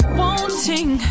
wanting